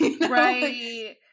Right